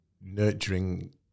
nurturing